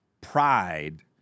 pride